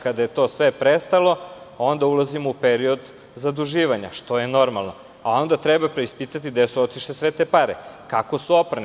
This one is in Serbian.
Kada je sve to prestalo onda ulazimo u period zaduživanja, što je normalno, a onda treba preispitati gde su otišle sve te pare, kako su oprane.